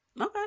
okay